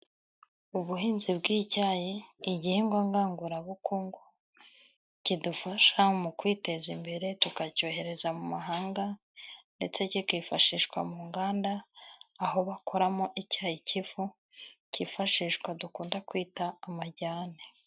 Ubuhinzi bw'icyayi, igihingwa ngangurabukungu kidufasha mu kwiteza imbere tukacyohereza mu mahanga, ndetse cyikifashishwa mu nganda aho bakoramo icyayi cy'ifu cyifashishwa dukunda kwita amajyane.